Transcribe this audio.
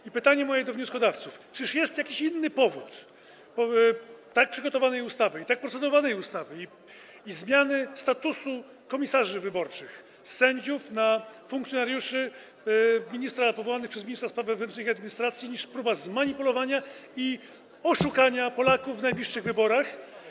Moje pytanie do wnioskodawców: Czyż jest jakiś inny powód takiego przygotowania ustawy i takiego procedowania ustawy i zmiany statusu komisarzy wyborczych z sędziów na funkcjonariuszy powołanych przez ministra spraw wewnętrznych i administracji niż próba zmanipulowania i oszukania Polaków w najbliższych wyborach?